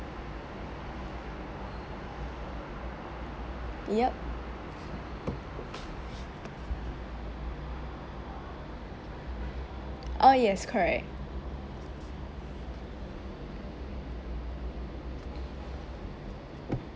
yup uh yes correct